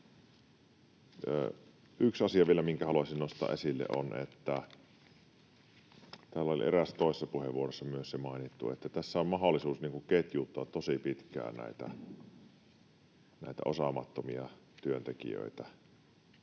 toisessa puheenvuorossa, on se, että tässä on mahdollisuus ketjuttaa tosi pitkään näitä osaamattomia työntekijöitä,